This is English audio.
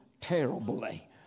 terribly